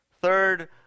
Third